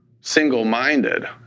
single-minded